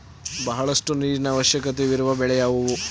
ಬಹಳಷ್ಟು ನೀರಿನ ಅವಶ್ಯಕವಿರುವ ಬೆಳೆ ಯಾವುವು?